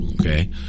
Okay